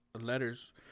Letters